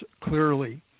clearly